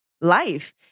life